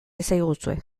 iezaguzue